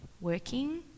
working